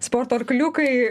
sporto arkliukai